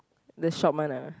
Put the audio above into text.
the shop one lah